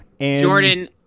Jordan